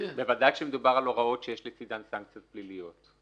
בוודאי כשמדובר על הוראות שיש לצדן סנקציות פליליות.